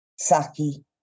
Saki